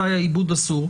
מתי העיבוד אסור?